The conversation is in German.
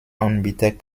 anbieter